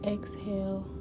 Exhale